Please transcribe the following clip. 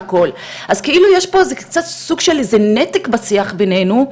אז זה כאילו שיש פה סוג של נתק בשיח בינינו.